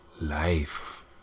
life